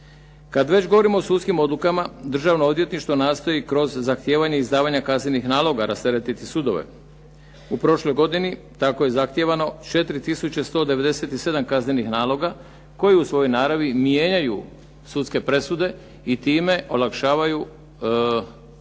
Kad već govorimo o sudski odlukama, Državno odvjetništvo nastoji kroz zahtijevanja izdavanja kaznenih naloga rasteretiti sudove. U prošloj godini tako je zahtijevano 4 tisuće 197 kaznenih naloga, koji u svojoj naravi mijenjaju sudske presude i time olakšavaju, odnosno